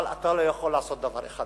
אבל אתה לא יכול לעשות דבר אחד,